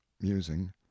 Musing